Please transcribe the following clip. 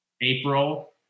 April